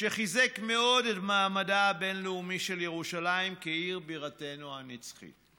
שחיזק מאוד את מעמדה הבין-לאומי של ירושלים כעיר בירתנו הנצחית.